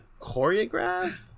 choreographed